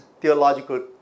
theological